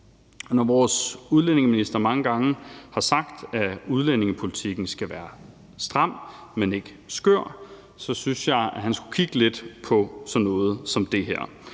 Når vores udlændingeminister mange gange har sagt, at udlændingepolitikken skal være stram, men ikke skør, synes jeg, han skulle kigge lidt på sådan noget som det her.